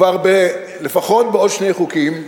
כבר לפחות בעוד שני חוקים,